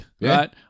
right